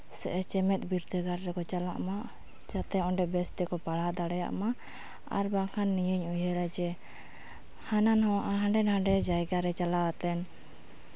ᱥᱮ ᱪᱮᱢᱮᱫ ᱵᱤᱨᱫᱟᱹᱜᱟᱲ ᱨᱮᱠᱚ ᱪᱟᱞᱟᱜ ᱢᱟ ᱡᱟᱛᱮ ᱚᱸᱰᱮ ᱵᱮᱥ ᱛᱮᱠᱚ ᱯᱟᱲᱦᱟᱣ ᱫᱟᱲᱮᱭᱟᱜ ᱢᱟ ᱟᱨ ᱵᱟᱝᱠᱷᱟᱱ ᱱᱤᱭᱟᱹᱧ ᱩᱭᱦᱟᱹᱨᱟ ᱡᱮ ᱦᱟᱱᱟ ᱱᱚᱣᱟ ᱦᱟᱸᱰᱮ ᱱᱟᱰᱮ ᱡᱟᱭᱜᱟ ᱨᱮ ᱪᱟᱞᱟᱣ ᱠᱟᱛᱮᱫ